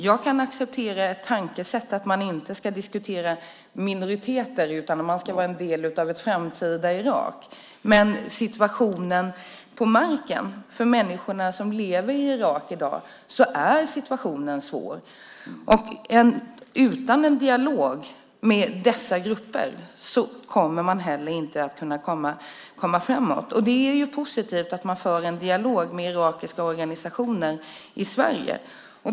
Jag kan acceptera tankesättet att man inte ska diskutera minoriteter, utan dessa ska vara en del av ett framtida Irak. Men situationen på marken för människor som lever i Irak i dag är svår. Utan en dialog med dessa grupper kommer man inte heller att kunna komma framåt. Det är positivt att man för en dialog med irakiska organisationer i Sverige.